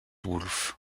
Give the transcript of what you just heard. wolf